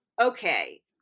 Okay